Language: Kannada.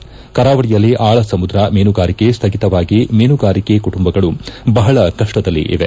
ಇದರ ಪರಿಣಾಮ ಕರಾವಳಿಯಲ್ಲಿ ಆಳ ಸಮುದ್ರ ಮೀನುಗಾರಿಕೆ ಸ್ವಗಿತವಾಗಿ ಮೀನುಗಾರಿಕೆ ಕುಟುಂಬಗಳು ಬಹಳ ಕಷ್ನದಲ್ಲಿವೆ